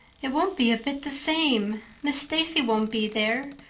it won't be a bit the same. miss stacy won't be there,